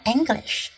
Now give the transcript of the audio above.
English